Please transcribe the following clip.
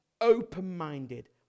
open-minded